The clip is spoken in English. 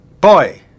Boy